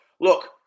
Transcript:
look